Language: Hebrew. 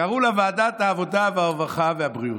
קראו לה ועדת העבודה, הרווחה והבריאות.